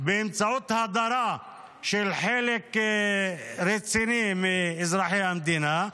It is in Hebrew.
באמצעות הדרה של חלק רציני מאזרחי המדינה.